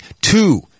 two